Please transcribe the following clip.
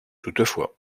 toutefois